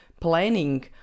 planning